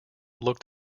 looked